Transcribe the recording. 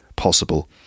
possible